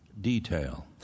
detail